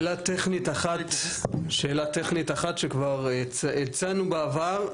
שאלה טכנית אחת, שכבר הצענו בעבר.